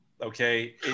Okay